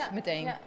meteen